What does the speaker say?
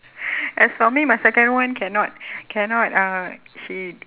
as for me my second one cannot cannot uh she